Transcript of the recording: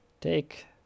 Take